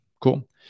Cool